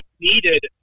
needed